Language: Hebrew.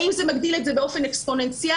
האם זה מגדיל באופן אקספוננציאלי?